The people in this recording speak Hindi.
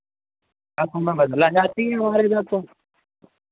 आप हमें बदला चाहती हमारे इधर तो